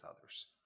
others